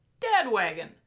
Dadwagon